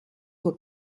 were